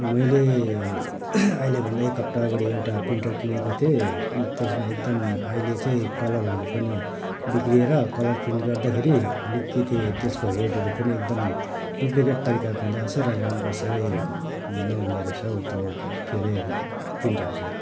मैले अहिले भन्दा एक हप्ता अगाडि एउटा प्रिन्टर किनेको थिएँ त्यसमा एकदम अहिले चाहिँ कलरहरू पनि विग्रिएर कलर प्रिन्ट गर्दाखेरि अलिकति त्यसको हेडहरू पनि एकदम डुप्लिकेट तरिकाको हुँदा रहेछ र राम्रो साह्रै नहुँदा रहेछ हौ हो त्यो के अरे प्रिन्टर चाहिँ